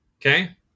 okay